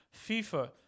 FIFA